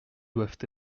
doivent